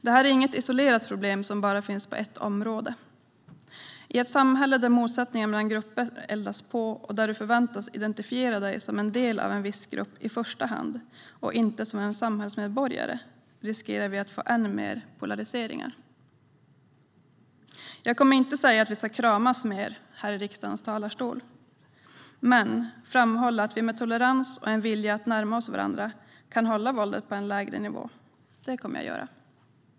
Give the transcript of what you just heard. Det här är inget isolerat problem som finns bara på ett område. I ett samhälle där motsättningar mellan grupper eldas på och där man förväntas identifiera sig i första hand som en del av en viss grupp och inte som en samhällsmedborgare riskerar vi att få än mer polariseringar. Jag kommer inte att säga att vi ska kramas mer här i riksdagens talarstol. Men framhålla att vi med tolerans och en vilja att närma oss varandra kan hålla våldet på en lägre nivå - det kommer jag att göra.